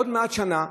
עוד מעט שנה,